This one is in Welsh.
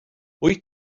wyt